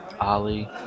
Ali